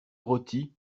roty